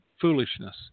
foolishness